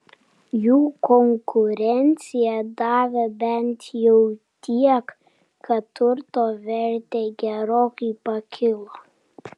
jų konkurencija davė bent jau tiek kad turto vertė gerokai pakilo